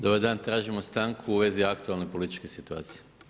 Dobar dan, tražimo stanku u vezi aktualne političke situacije.